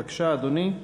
בבקשה, אדוני.